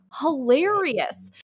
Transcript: hilarious